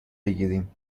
بگیریم